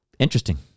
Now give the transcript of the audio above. Interesting